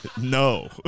No